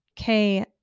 Okay